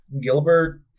Gilbert